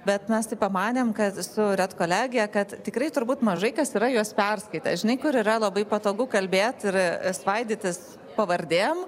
bet mes taip pamanėm kad su redkolegija kad tikrai turbūt mažai kas yra juos perskaitęs žinai kur yra labai patogu kalbėt ir svaidytis pavardėm